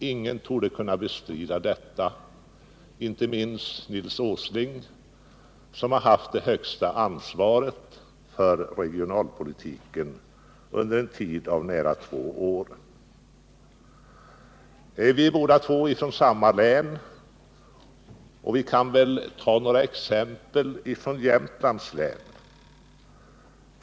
Ingen torde kunna bestrida detta, allra minst Nils Åsling, som har haft det högsta ansvaret för regionalpolitiken under en tid av nära två år. Vi är båda från samma län, och jag vill därför ta några exempel från just Jämtlands län.